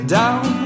down